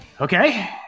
Okay